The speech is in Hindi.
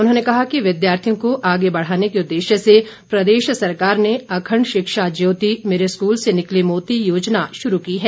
उन्होंने कहा कि विद्यार्थियों को आगे बढ़ाने के उद्देश्य से प्रदेश सरकार ने अखण्ड शिक्षा ज्योति मेरे स्कूल से निकले मोती योजना शुरू की है